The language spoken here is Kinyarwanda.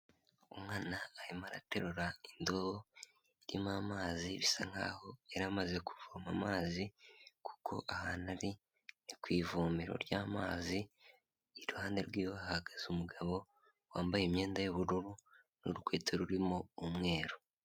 Umwana arimo araterura indobo irimo amazi bisa nk'aho yari amaze kuvoma amazi kuko aha ari ni ku ivomero ry'amazi, iruhande rw'iwe hahagaze umugabo wambaye imyenda y'ubururu n'urukweto rurimo umweru.